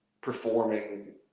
performing